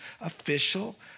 official